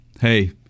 hey